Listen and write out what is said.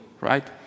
right